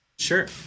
Sure